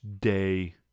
day